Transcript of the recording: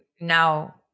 now